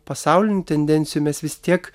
pasaulinių tendencijų mes vis tiek